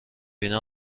بینه